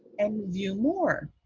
and view more.